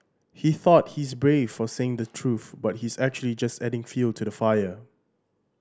he thought he's brave for saying the truth but he's actually just adding fuel to the fire